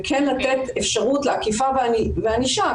וכן לתת אפשרות לאכיפה וענישה,